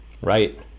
right